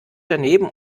daneben